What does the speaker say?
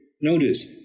Notice